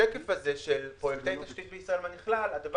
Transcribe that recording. בשקף הזה של פרוייקטי תשתית בישראל הדבר